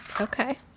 Okay